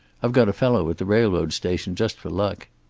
i've got a fellow at the railroad station, just for luck.